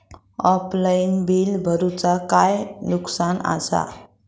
Offline बिला भरूचा काय नुकसान आसा?